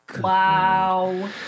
Wow